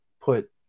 put